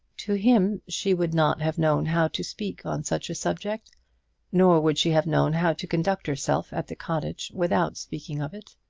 to him she would not have known how to speak on such a subject nor would she have known how to conduct herself at the cottage without speaking of it.